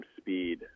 speed